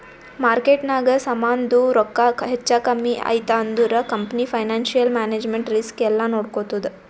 ಮಾರ್ಕೆಟ್ನಾಗ್ ಸಮಾಂದು ರೊಕ್ಕಾ ಹೆಚ್ಚಾ ಕಮ್ಮಿ ಐಯ್ತ ಅಂದುರ್ ಕಂಪನಿ ಫೈನಾನ್ಸಿಯಲ್ ಮ್ಯಾನೇಜ್ಮೆಂಟ್ ರಿಸ್ಕ್ ಎಲ್ಲಾ ನೋಡ್ಕೋತ್ತುದ್